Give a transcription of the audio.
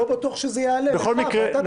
לא בטוח שזה יעלה, אגב, אתה תחליט אם לשלוח לנו.